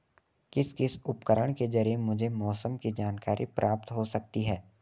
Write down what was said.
किस किस उपकरण के ज़रिए मुझे मौसम की जानकारी प्राप्त हो सकती है?